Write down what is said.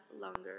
longer